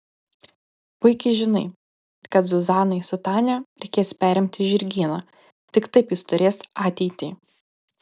puikiai žinai kad zuzanai su tania reikės perimti žirgyną tik taip jis turės ateitį